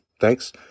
Thanks